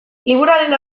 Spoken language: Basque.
liburuaren